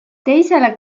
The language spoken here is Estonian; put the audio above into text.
teisele